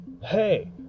hey